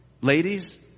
ladies